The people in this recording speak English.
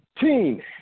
team